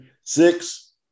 Six